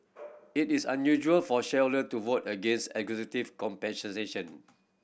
it is unusual for shareholder to vote against executive compensation